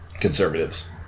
conservatives